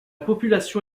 population